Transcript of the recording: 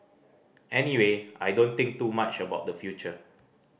anyway I don't think too much about the future